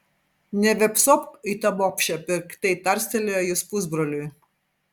nevėpsok į tą bobšę piktai tarstelėjo jis pusbroliui